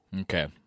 Okay